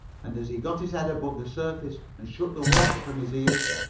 and as he got his head above the surface and shook the water from his ears,